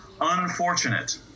Unfortunate